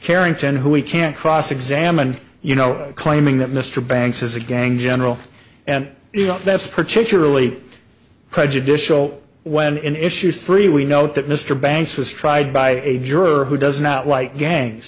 carrington who we can't cross examined you know claiming that mr banks is a gang general and you know that's particularly prejudicial when in issue three we note that mr banks was tried by a juror who does not like gangs